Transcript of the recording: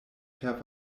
per